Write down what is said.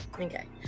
okay